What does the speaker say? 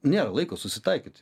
nėra laiko susitaikyt